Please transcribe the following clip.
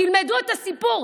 תלמדו את הסיפור.